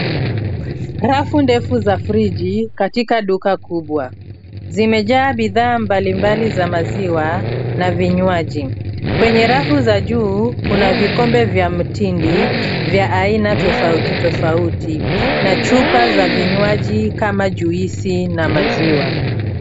Rafu ndefu za friji katika duka kubwa, zimejaa bidhaa mbalimbali za maziwa na vinywaji, kwenye rafu za juu kuna vikombe vya mtindi vya aina tofauti tofauti na chupa za vinjwaji kama juisi na maziwa.